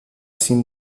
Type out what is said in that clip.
cim